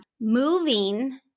moving